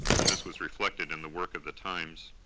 and this was reflected in the work of the times.